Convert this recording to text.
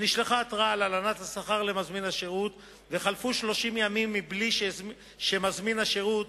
נשלחה התראה על הלנת השכר למזמין השירות וחלפו 30 ימים בלי שמזמין השירות